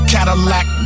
Cadillac